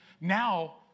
Now